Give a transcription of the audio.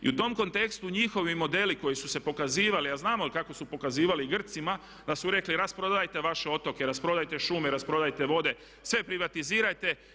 I u tom kontekstu njihovi modeli koji su se pokazivali, a znamo kako su pokazivali Grcima, da su rekli rasprodajte vaše otoke, rasprodajte šume, rasprodajte vode, sve privatizirajte.